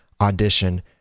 Audition